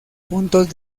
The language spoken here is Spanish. juntos